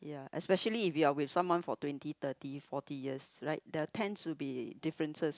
a especially if you are with someone for twenty thirty forty years like the tense should be differences